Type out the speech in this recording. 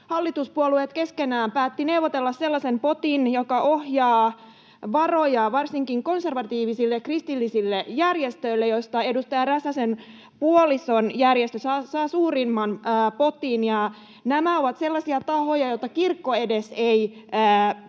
hallituspuolueet keskenään päättivät neuvotella sellaisen potin, joka ohjaa varoja varsinkin konservatiivisille kristillisille järjestöille, joista edustaja Räsäsen puolison järjestö saa suurimman potin. Nämä ovat sellaisia tahoja, [Laura Huhtasaaren